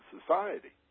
society